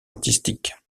artistique